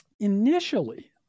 Initially